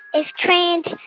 if trained,